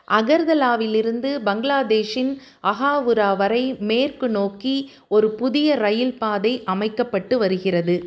அகர்தலாவிலிருந்து பங்களாதேஷின் அகாவுரா வரை மேற்கு நோக்கி ஒரு புதிய ரயில் பாதை அமைக்கப்பட்டு வருகிறது